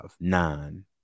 nine